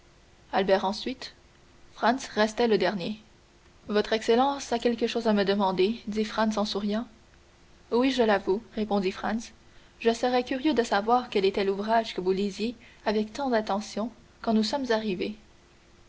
albert ensuite franz restait le dernier votre excellence a quelque chose à me demander dit vampa en souriant oui je l'avoue répondit franz je serais curieux de savoir quel était l'ouvrage que vous lisiez avec tant d'attention quand nous sommes arrivés